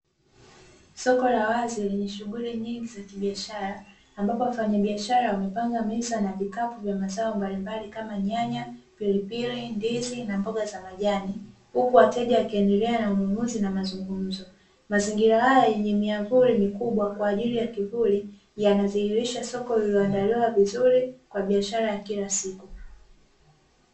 Soko la wazi lenye shughuli nyingi za kibiashara, ambapo wafanyabiashara wamepanga meza na vikapu vya mazao mbalimbali, kama; nyanya, pilipili, ndizi na mboga za majani, huku wateja wakiendelea na ununuzi na mazungumzo. Mazingira haya yenye miamvuli mikubwa kwa ajili ya kivuli, yanadhihirisha soko linaendelea vizuri kwa biashara ya kila siku.